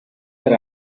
per